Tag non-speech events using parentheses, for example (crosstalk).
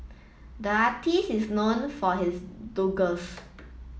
the artist is known for his (unintelligible)